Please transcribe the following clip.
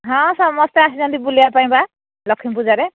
ହଁ ସମସ୍ତେ ଆସିଛନ୍ତି ବୁଲିବା ପାଇଁ ବା ଲକ୍ଷ୍ମୀ ପୂଜାରେ